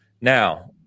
Now